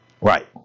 Right